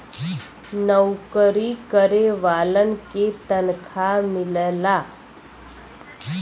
नऊकरी करे वालन के तनखा मिलला